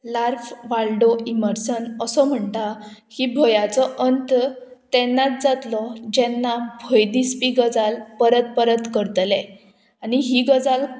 Ralph Waldo Emerson असो म्हणटा ही भंयाचो अंत तेन्नाच जातलो जेन्ना भंय दिसपी गजाल परत परत करतले आनी ही गजाल